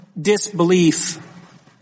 disbelief